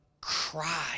cry